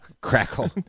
crackle